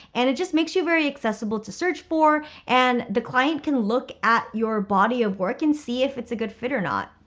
and it just makes you very accessible to search for and the client can look at your body of work and see if it's a good fit or not.